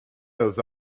those